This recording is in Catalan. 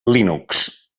linux